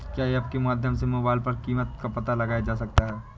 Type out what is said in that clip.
क्या ऐप के माध्यम से मोबाइल पर कीमत का पता लगाया जा सकता है?